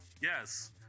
yes